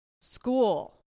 school